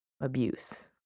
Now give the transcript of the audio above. abuse